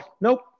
nope